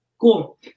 Cool